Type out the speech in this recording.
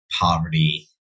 poverty